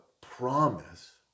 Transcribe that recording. promise